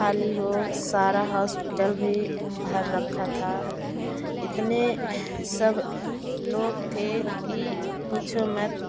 खाली हो सारा हॉस्पीटल भी भर रखा था इतने सब लोग थे कि पूछो मत